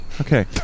Okay